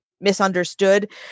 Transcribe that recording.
misunderstood